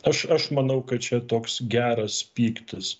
aš aš manau kad čia toks geras pyktis